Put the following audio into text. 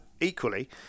equally